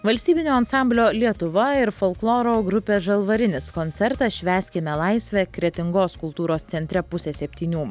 valstybinio ansamblio lietuva ir folkloro grupės žalvarinis koncertas švęskime laisvę kretingos kultūros centre pusė septynių